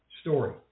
story